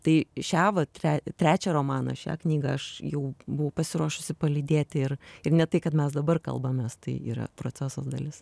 tai šią vat tre trečią romaną šią knygą aš jau buvau pasiruošusi palydėti ir ir ne tai kad mes dabar kalbamės tai yra procesas dalis